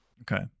Okay